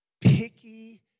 picky